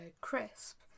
crisp